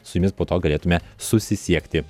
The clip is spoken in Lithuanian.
su jumis po to galėtume susisiekti